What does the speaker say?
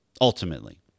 ultimately